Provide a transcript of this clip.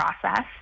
process